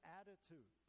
attitude